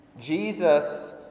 Jesus